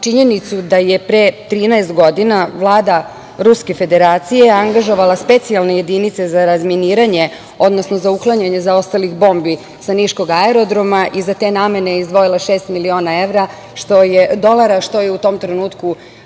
činjenicu da je pre 13 godina Vlada Ruske Federacije angažovala specijalne jedinice za razminiranje, odnosno za uklanjanje zaostalih bombi sa niškog aerodroma i za te namene izdvojila šest miliona dolara, što je u tom trenutku